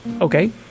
Okay